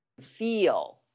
feel